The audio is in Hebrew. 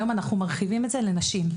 היום אנחנו מרחיבים את זה לנשים.